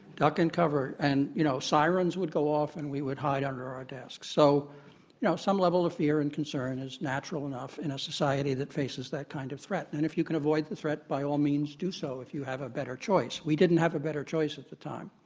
duck and cover. and, you know, sirens would go off, and we would hide under our desks, so, you know, some level of fear and concern is natural enough in a society thatfaces that kind of threat. and if you can avoid the threat, by all means, do so if you have a better choice. we didn't have a better choice at the time.